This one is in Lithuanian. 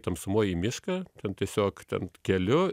tamsumoj į mišką ten tiesiog ten keliu